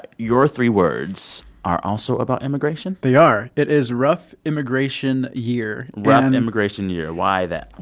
your three words are also about immigration they are. it is rough immigration year rough and immigration year why that?